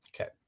Okay